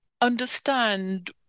understand